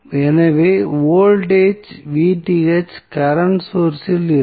எனவே voltage current source இல் இருக்கும்